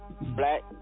Black